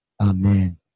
amen